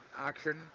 action